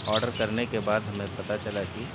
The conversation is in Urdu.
آرڈر کرنے کے بعد ہمیں پتہ چلا کہ